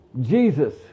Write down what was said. Jesus